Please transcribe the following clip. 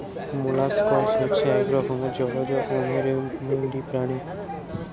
molluscs হচ্ছে এক রকমের জলজ অমেরুদন্ডী প্রাণী